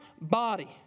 body